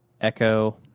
Echo